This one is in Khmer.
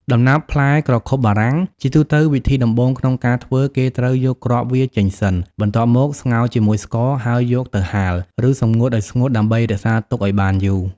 ដំណាប់ផ្លែក្រខុបបារាំង ជាទូទៅវិធីដំបូងក្នុងការធ្វើគេត្រូវយកគ្រាប់វាចេញសិន បន្ទាប់មកស្ងោរជាមួយស្ករ ហើយយកទៅហាល ឬសម្ងួតឱ្យស្ងួត ដើម្បីរក្សាទុកឱ្យបានយូរ។